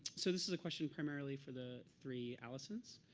so this is a question primarily for the three alisons.